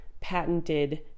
patented